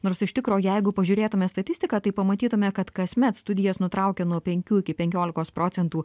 nors iš tikro jeigu pažiūrėtume statistiką tai pamatytume kad kasmet studijas nutraukia nuo penkių iki penkiolikos procentų